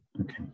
Okay